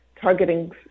targeting